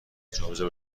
جابجا